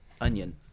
Onion